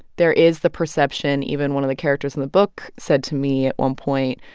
there is the perception even one of the characters in the book said to me at one point,